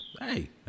Hey